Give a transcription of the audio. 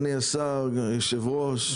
ליושב-ראש,